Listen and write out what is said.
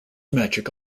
magic